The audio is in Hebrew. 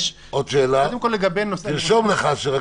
כולל העמדה לדין משמעתי של שוטרים.